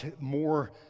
more